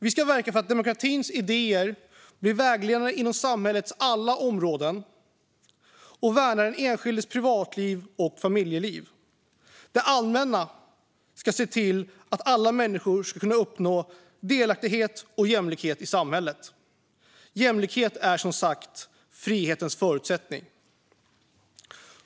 Vi ska verka för att demokratins idéer blir vägledande inom samhällets alla områden och värna den enskildes privatliv och familjeliv. Det allmänna ska se till att alla människor ska kunna uppnå delaktighet och jämlikhet i samhället. Jämlikheten är som sagt frihetens förutsättning.